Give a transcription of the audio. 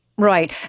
Right